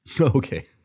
Okay